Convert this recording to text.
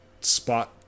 spot